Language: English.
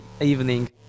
evening